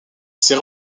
ses